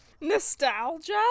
Nostalgia